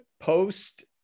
post